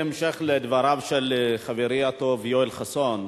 בהמשך לדבריו של חברי הטוב יואל חסון,